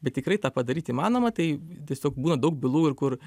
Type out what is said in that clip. bet tikrai tą padaryt įmanoma tai tiesiog būna daug bylų ir kur